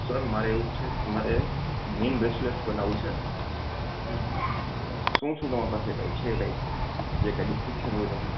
sir મારે એવું છે તમારે મેન બ્રેસલેટ બનાવું છે શું શું ભાવમાં છે છે કાંઈ જે કાંઈ